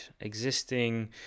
existing